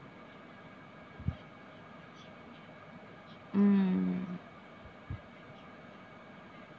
mm